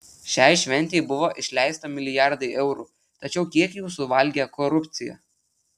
šiai šventei buvo išleista milijardai eurų tačiau kiek jų suvalgė korupcija